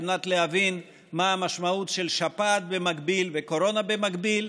על מנת להבין מה המשמעות של שפעת וקורונה במקביל,